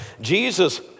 Jesus